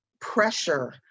pressure